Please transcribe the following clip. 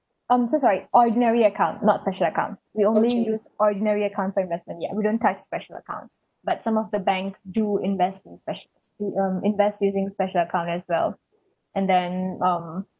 um so sorry ordinary account not special account we only use ordinary account for investment ya we don't touch special account but some of the banks do invest in speci~ in um invest using special account as well and then um